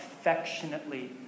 affectionately